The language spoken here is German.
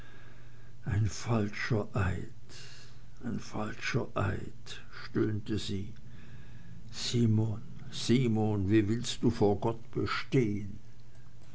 ein falscher eid ein falscher eid stöhnte sie simon simon wie willst du vor gott bestehen